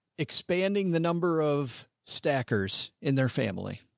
expanding the number of stackers in their family,